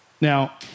Now